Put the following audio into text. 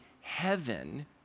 heaven